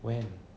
when